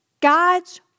God's